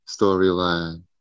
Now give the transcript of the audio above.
storyline